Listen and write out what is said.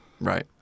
Right